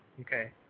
Okay